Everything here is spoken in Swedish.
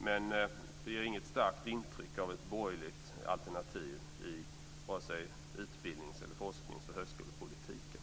men det ger inget starkt intryck av ett borgerligt alternativ i vare sig utbildnings-, forsknings eller högskolepolitiken.